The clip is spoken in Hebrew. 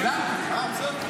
שילמתי.